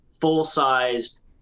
full-sized